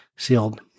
sealed